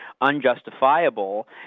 unjustifiable